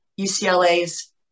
UCLA's